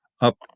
up